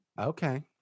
Okay